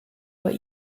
what